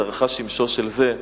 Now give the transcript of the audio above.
זרחה שמשו של זה,